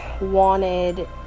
wanted